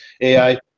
ai